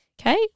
okay